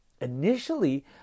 initially